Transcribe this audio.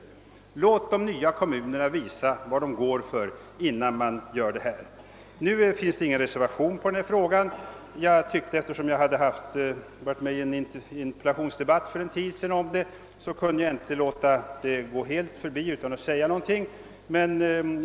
Låt de nya kommunerna visa vad de går för, innan man gör detta! Emellertid föreligger ingen reservation i denna fråga. Jag har tyckt, eftersom jag deltog i en interpellationsdebatt om detta för en tid sedan, att jag inte kunde låta detta tillfälle gå helt förbi utan att säga någonting.